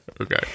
Okay